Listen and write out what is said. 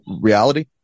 reality